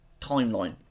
timeline